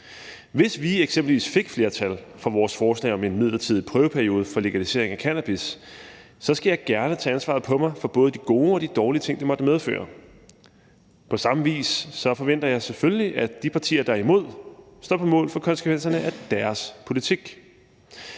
Hvis vi eksempelvis fik flertal for vores forslag om en midlertidig prøveperiode for legalisering af cannabis, skal jeg gerne tage ansvaret på mig for både de gode og de dårlige ting, det måtte medføre. På samme vis forventer jeg selvfølgelig, at de partier, der er imod det, står på mål for konsekvenserne af deres politik.